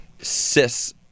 Cis